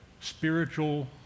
spiritual